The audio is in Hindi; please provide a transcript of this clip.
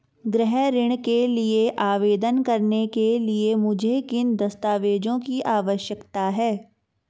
गृह ऋण के लिए आवेदन करने के लिए मुझे किन दस्तावेज़ों की आवश्यकता है?